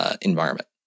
environment